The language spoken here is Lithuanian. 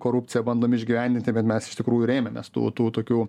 korupciją bandom išgyvendinti bet mes iš tikrųjų rėmėmės tų tų tokių